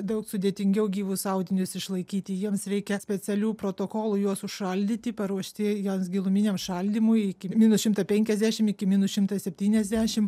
daug sudėtingiau gyvus audinius išlaikyti jiems reikia specialių protokolų juos užšaldyti paruošti juos giluminiam šaldymui iki minus šimto penkiasdešim iki minus šimto septyniasdešim